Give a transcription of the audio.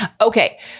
Okay